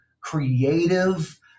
creative